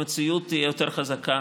המציאות תהיה יותר חזקה